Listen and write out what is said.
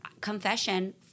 confession